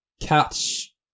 catch